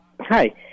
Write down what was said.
Hi